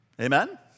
Amen